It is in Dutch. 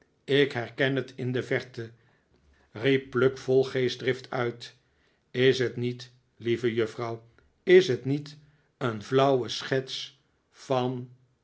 ik herken het in de verte riep pluck vol geestdrift uit is het niet lieve juffrouw is het niet een flauwe schets van